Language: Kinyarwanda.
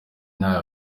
ntayo